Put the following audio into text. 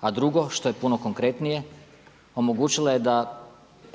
A drugo, što je puno konkretnije, omogućila je da